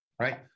right